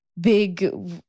big